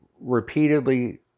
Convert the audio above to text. repeatedly